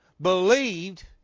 believed